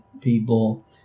people